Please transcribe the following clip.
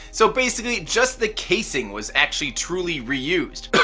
so basically just the casing was actually truly reused.